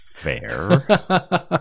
fair